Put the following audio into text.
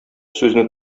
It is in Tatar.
сүзне